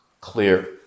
clear